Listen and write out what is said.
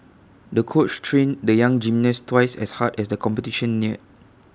the coach trained the young gymnast twice as hard as the competition near